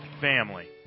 Family